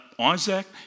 Isaac